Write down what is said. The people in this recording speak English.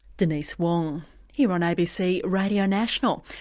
denise wong here on abc radio national.